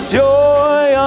joy